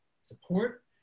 support